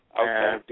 Okay